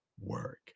work